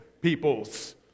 peoples